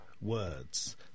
words